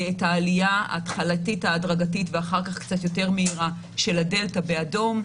העלייה ההתחלתית ההדרגתית ואחר כך קצת יותר מהירה של הדלתא באדום.